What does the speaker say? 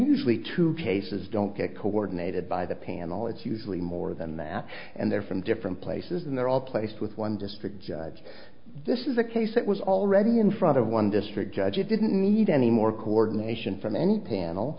usually two cases don't get coordinated by the panel it's usually more than that and they're from different places and they're all placed with one district judge this is a case that was already in front of one district judge it didn't need any more coordination from any panel